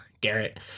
Garrett